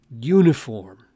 uniform